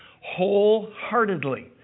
wholeheartedly